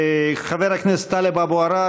חבר הכנסת טלב אבו עראר,